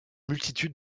multitude